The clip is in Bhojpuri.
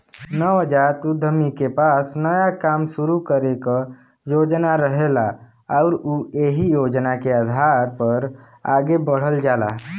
नवजात उद्यमी के पास नया काम शुरू करे क योजना रहेला आउर उ एहि योजना के आधार पर आगे बढ़ल जाला